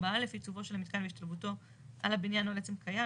(4א) עיצובו של המיתקן והשתלבותו על הבניין או על עצם קיים,